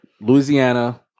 Louisiana